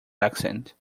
accent